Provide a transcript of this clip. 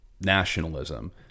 nationalism